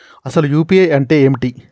అసలు యూ.పీ.ఐ అంటే ఏమిటి?